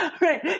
right